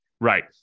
right